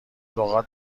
لغات